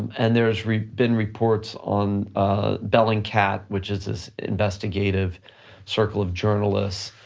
and there's been reports on ah bellingcat, which is this investigative circle of journalists,